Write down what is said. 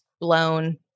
blown